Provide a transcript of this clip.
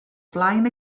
flaen